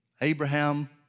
Abraham